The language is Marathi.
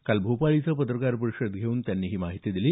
काल भोपाळ इथं पत्रकार परिषद घेऊन त्यांनी ही माहिती दिली